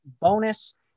bonus